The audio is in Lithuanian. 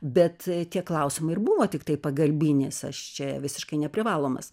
bet tie klausimai ir buvo tiktai pagalbinis aš čia visiškai neprivalomas